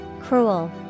Cruel